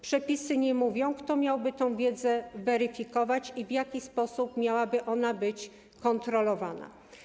Przepisy nie mówią, kto miałby tę wiedzę weryfikować i w jaki sposób miałaby być ona kontrolowana.